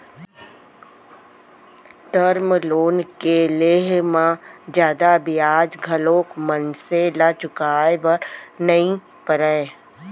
term loan के लेहे म जादा बियाज घलोक मनसे ल चुकाय बर नइ परय